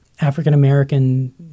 African-American